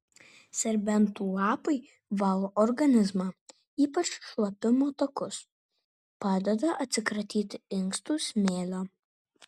serbentų lapai valo organizmą ypač šlapimo takus padeda atsikratyti inkstų smėlio